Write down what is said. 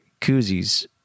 Koozies